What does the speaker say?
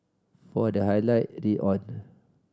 for the highlight read on